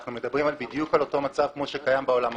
אנחנו מדברים בדיוק על אותו מצב כמו שקיים בעולם הפיזי.